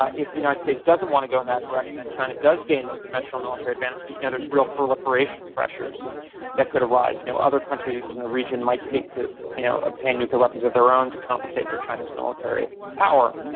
ah if the united states doesn't want to go in that direction and china does gain that conventional military advantage, you know, there's real proliferation pressures that could arise. you know other countries in the region might seek to you know obtain nuclear weapons of their own to compensate for china's military power.